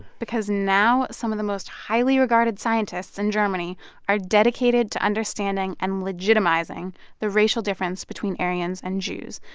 because now, some of the most highly-regarded scientists in germany are dedicated to understanding and legitimizing the racial difference between aryans and jews,